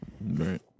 Right